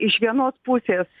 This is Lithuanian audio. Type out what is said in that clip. iš vienos pusės